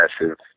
massive